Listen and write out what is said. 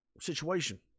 situation